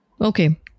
Okay